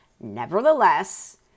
Nevertheless